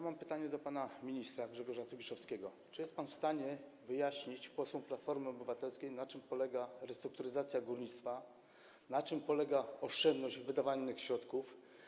Mam pytanie do pana ministra Grzegorza Tobiszowskiego: Czy jest pan w stanie wyjaśnić posłom Platformy Obywatelskiej, na czym polega restrukturyzacja górnictwa, na czym polega oszczędność w wydawaniu środków?